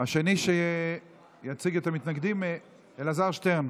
השני שיציג את המתנגדים, אלעזר שטרן.